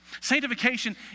Sanctification